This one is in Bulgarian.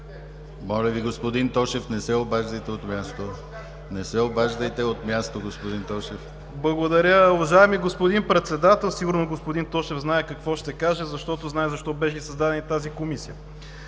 Моля Ви, господин Тошев, не се обаждайте от място! Не се обаждайте от място, господин Тошев! ФИЛИП ПОПОВ (БСП за България): Благодаря, уважаеми господин Председател. Сигурно господин Тошев знае какво ще кажа, защото знае защо беше създадена и тази Комисия.